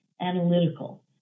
analytical